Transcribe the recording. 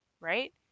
right